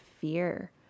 fear